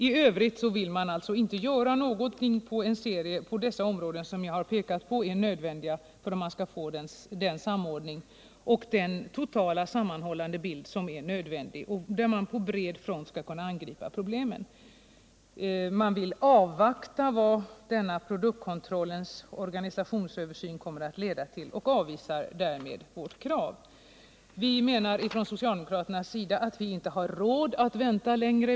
I övrigt vill utskottsmajoriteten inte göra något i fråga om den serie av uppgifter på dessa områden som jag har påpekat är nödvändiga för att man skall få den samordning och den totala sammanhållande bild som är erforderlig och där man på bred front skall kunna angripa problemen. Man vill avvakta vad denna produktkontrollens organisationsöversyn kommer att leda till och avvisar därmed vårt krav. På den socialdemokratiska sidan anser vi oss inte ha råd att vänta längre.